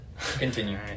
continue